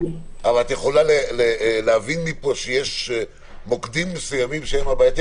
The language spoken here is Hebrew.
את יכולה להבין מפה שיש מוקדים מסוימים שהם בעייתיים?